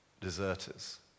deserters